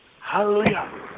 hallelujah